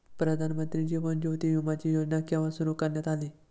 प्रधानमंत्री जीवन ज्योती विमाची योजना केव्हा सुरू करण्यात आली?